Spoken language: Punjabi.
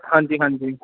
ਹਾਂਜੀ ਹਾਂਜੀ